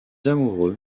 amoureux